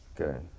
Okay